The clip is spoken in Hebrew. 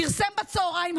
פרסם בצוהריים,